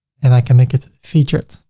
and i can make it featured.